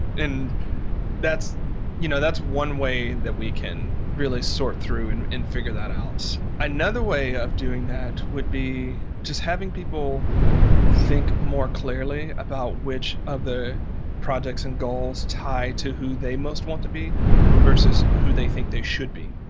and that's you know that's one way that we can really sort through and and figure that out another way of doing that would be just having people think more clearly about which of the projects and goals tie to who they most want to be versus who they think they should be.